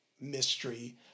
mystery